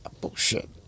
Bullshit